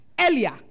earlier